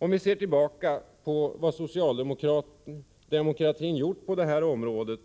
Om vi ser tillbaka på vad socialdemokratin har gjort på det här området